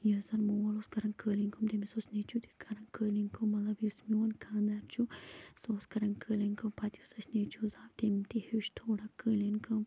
یَس زَن مول اوس کَران قٲلیٖن کٲم تٔمِس اوس نیٚچیٛو تہِ کَران قٲلیٖن کٲم مطلب یُس میٛون خانٛدار چھُ سُہ اوس کَران قٲلیٖن کٲم پَتہٕ یُس اسہِ نیٚچیٛو زاو تٔمۍ تہِ ہیٛوچھ تھوڑا قٲلیٖن کٲم